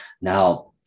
Now